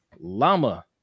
llama